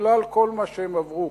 בגלל כל מה שהם עברו,